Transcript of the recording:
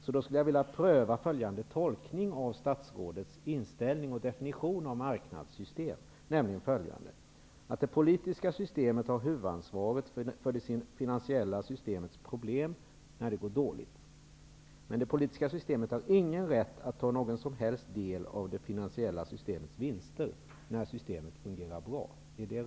Jag skulle vilja pröva följande tolkning av statsrådets inställning och definition av marknadssystem: Det politiska systemet har huvudansvaret för det finansiella systemets problem när det går dåligt. Men det politiska systemet har ingen rätt att ta någon som helst del av det finansiella systemets vinster, när systemet fungerar bra.